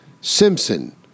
Simpson